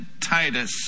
Titus